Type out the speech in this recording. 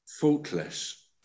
faultless